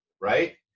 right